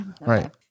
right